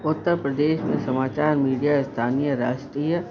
उत्तर प्रदेश में समाचार मीडिया स्थानीय राष्ट्रीय